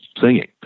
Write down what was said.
singing